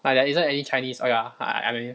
like there isn't any chinese oh ya I I mean